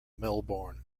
melbourne